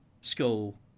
school